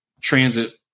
transit